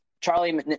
Charlie